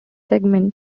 segment